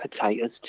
potatoes